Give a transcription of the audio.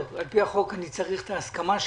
אני צריך את הסכמתך.